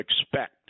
expect